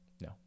No